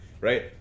right